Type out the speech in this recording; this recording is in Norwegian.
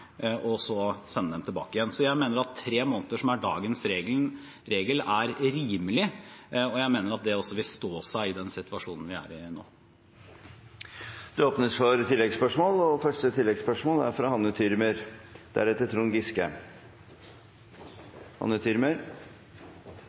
og sende dem tilbake igjen. Så jeg mener at tre måneder, som er dagens regel, er rimelig, og jeg mener at det også vil stå seg i den situasjonen vi er i nå. Det blir oppfølgingsspørsmål – først Hanne Thürmer. Skolen er en viktig arena for integrering og inkludering, men det er